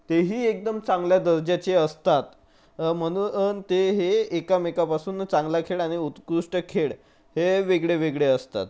तेही एकदम चांगल्या दर्जाचे असतात म्हनू आणि ते हे एकमेकांपासून चांगला खेळ आणि उत्कृष्ट खेळ हे वेगळेवेगळे असतात